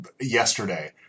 yesterday